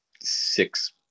six